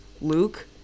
Luke